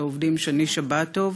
צוהריים